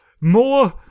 More